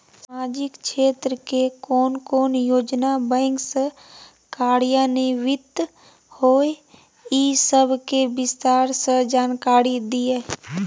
सामाजिक क्षेत्र के कोन कोन योजना बैंक स कार्यान्वित होय इ सब के विस्तार स जानकारी दिय?